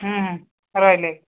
ହୁଁ ହୁଁ ରହିଲି ଆଜ୍ଞା